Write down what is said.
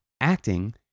acting